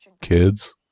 kids